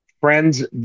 Friends